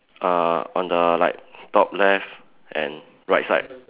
uh on the like top left and right side